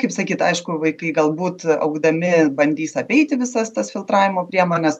kaip sakyt aišku vaikai galbūt augdami bandys apeiti visas tas filtravimo priemones